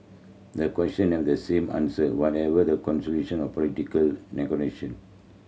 the question have the same answer whatever the conclusion of political negotiation